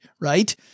right